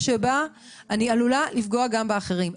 כדי לקדם אותו ולהכין אותו לקריאה שנייה ושלישית במליאה.